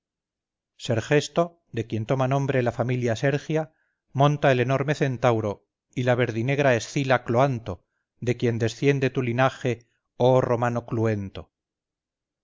remeros sergesto de quien toma nombre la familia sergia monta el enorme centauro y la verdinegra escila cloanto de quien desciende tu linaje oh romano cluento